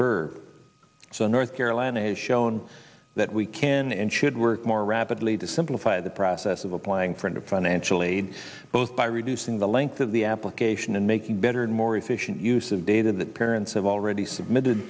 byrd so north carolina has shown that we can and should work more rapidly to simplify the process of applying for a new financial aid both by reducing the length of the application and making better and more efficient use of data that parents have already submitted